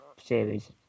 Series